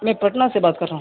میں پٹنہ سے بات کر رہا ہوں